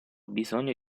bisogno